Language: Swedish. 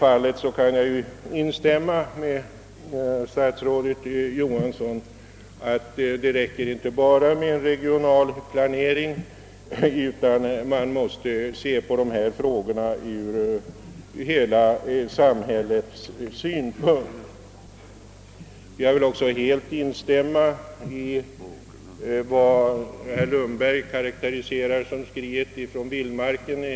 Jag kan instämma med statsrådet Johansson i att det inte räcker med bara en regional planering, utan dessa frågor måste handläggas med hänsyn till hela samhällets behov. Jag vill också helt instämma i vad herr Lundberg karakteriserade som skriet från vildmarken.